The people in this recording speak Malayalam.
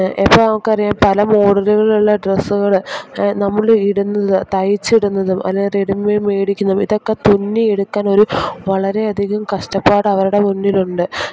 ഇപ്പം നമുക്ക് അറിയാം പല മോഡലുകളിൽ ഉള്ള ഡ്രസ്സുകൾ നമ്മൾ ഇടുന്നത് തയ്ച്ചിടുന്നതും അല്ലേ റെഡിമേഡ് മേടിക്കുന്നതും ഇതൊക്കെ തുന്നി എടുക്കാൻ ഒരു വളരെ അധികം കഷ്ടപ്പാട് അവരുടെ മുന്നിലുണ്ട്